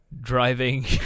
driving